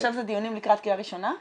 עכשיו זה דיונים לקראת קריאה ראשונה?